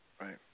Right